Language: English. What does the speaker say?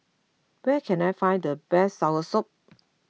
where can I find the best Soursop